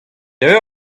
eur